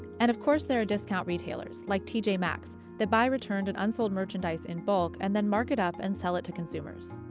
and of course there are discount retailers like t j. maxx that buy returned and unsold merchandise in bulk and then market it up and sell it to consumers.